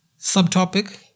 subtopic